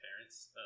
parents